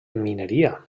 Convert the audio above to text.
mineria